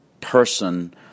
person